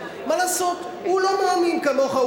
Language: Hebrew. מה לעשות, הוא לא מאמין כמוך.